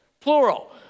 plural